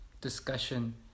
discussion